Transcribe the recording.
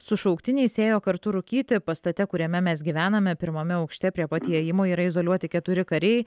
su šauktiniais ėjo kartu rūkyti pastate kuriame mes gyvename pirmame aukšte prie pat įėjimo yra izoliuoti keturi kariai